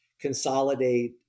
consolidate